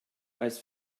als